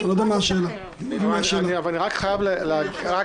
אני זוכר כראש עיר וכחבר מועצה, אני רואה אותו דבר